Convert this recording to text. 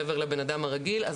מעבר לבנאדם הרגיל,